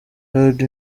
heard